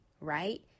right